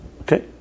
Okay